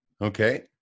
Okay